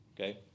okay